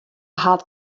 hat